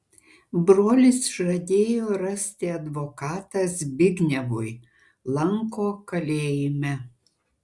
brolis žadėjo rasti advokatą zbignevui lanko kalėjime